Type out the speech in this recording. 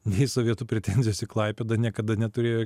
nei sovietų pretenzijos į klaipėdą niekada neturėjo